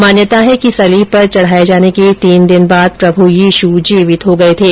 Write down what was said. मान्यता है कि सलीब पर चढ़ाए जाने के तीन दिन बाद प्रभु यीशु जीवित हो गए थे